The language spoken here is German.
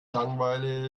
langweilig